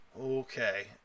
Okay